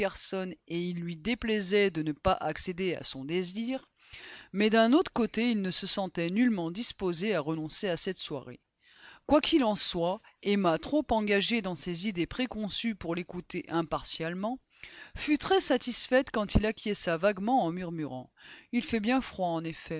et il lui déplaisait de ne pas accéder à son désir mais d'un autre côté il ne se sentait nullement disposé à renoncer à cette soirée quoi qu'il en soit emma trop engagée dans ses idées préconçues pour l'écouter impartialement fut très satisfaite quand il acquiesça vaguement en murmurant il fait bien froid